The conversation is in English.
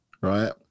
right